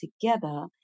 together